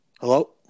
Hello